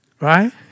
Right